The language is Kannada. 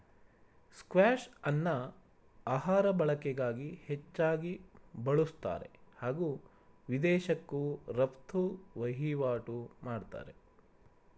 ಸ್ಕ್ವಾಷ್ಅನ್ನ ಆಹಾರ ಬಳಕೆಗಾಗಿ ಹೆಚ್ಚಾಗಿ ಬಳುಸ್ತಾರೆ ಹಾಗೂ ವಿದೇಶಕ್ಕೂ ರಫ್ತು ವಹಿವಾಟು ಮಾಡ್ತಾರೆ